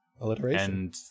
alliteration